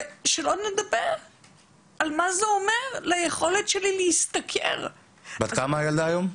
שלא נדבר על מה זה אומר על היכולת שלי להשתכר --- בת כמה הילדה היום?